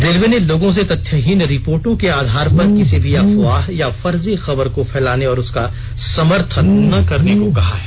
railway ने लोगों से तथ्यहीन रिपोर्टों के आधार पर किसी भी अफवाह या फर्जी खबर को फैलाने और उसका समर्थन न करने को कहा है